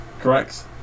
correct